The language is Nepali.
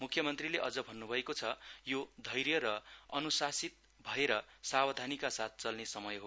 मुख्यमन्त्रीले अझ भन्नुभएको छ यो धैर्य र अनुशासित भएर सावधानिका साथ चल्ने समय हो